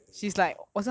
okay